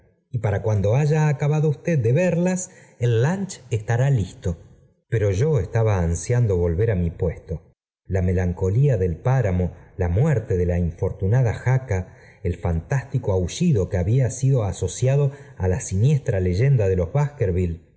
y para cuando haya acabado usted de verlas el lunch estará listo pero yo estaba ansiando volver á mi puesto la melancolía del páramo la muerte de la infortunada el fantástico aullido que había sido asociado a la siniestra leyenda de los